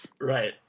Right